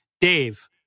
Dave